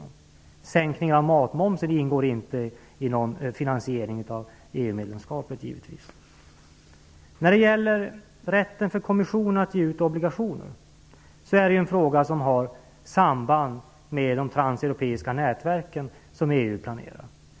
En sänkning av matmomsen ingår givetvis inte i en finansiering av Rätten för kommissionen att utge obligationer är en fråga som har samband med de transeuropeiska nätverk som EU planerar.